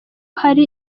hari